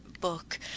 book